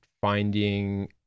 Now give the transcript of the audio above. finding